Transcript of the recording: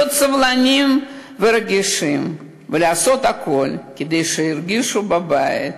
להיות סובלניים ורגישים ולעשות הכול כדי שירגישו בבית,